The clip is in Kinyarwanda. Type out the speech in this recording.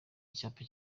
icyapa